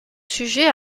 sujets